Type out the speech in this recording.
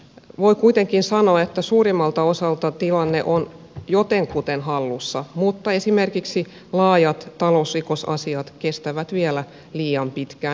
voi kuitenkin sanoa että suurimmalta osalta tilanne on jotenkuten hallussa mutta esimerkiksi laajat talousrikosasiat kestävät vielä liian pitkään